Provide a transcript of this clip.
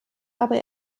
aber